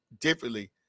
differently